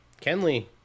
Kenley